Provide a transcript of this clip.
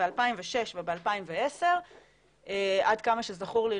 באלפיים ושש ובאלפיים ועשר עד כמה שזכור לי,